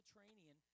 Mediterranean